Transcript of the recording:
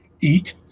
eat